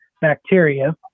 bacteria